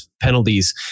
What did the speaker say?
penalties